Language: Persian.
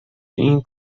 این